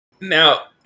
Now